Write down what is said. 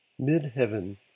Midheaven